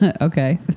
Okay